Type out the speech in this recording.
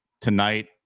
tonight